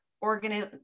organize